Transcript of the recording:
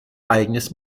eigenes